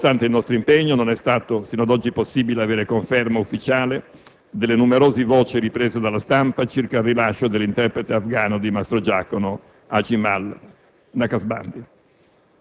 L'azione del Governo è stata sostenuta per l'intero corso della crisi da tutte le nostre istituzioni, anche sul terreno, con la consueta discrezione, professionalità ed efficacia.